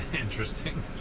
interesting